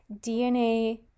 dna